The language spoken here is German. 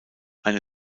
eine